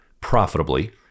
profitably